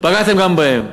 פגעתם גם בהם.